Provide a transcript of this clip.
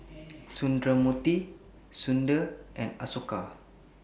Sundramoorthy Sundar and Ashoka